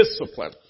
discipline